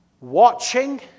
watching